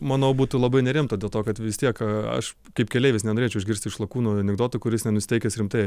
manau būtų labai nerimta dėl to kad vis tiek aš kaip keleivis nenorėčiau išgirsti iš lakūno anekdoto kuris nenusiteikęs rimtai